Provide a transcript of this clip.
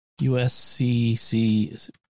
USCC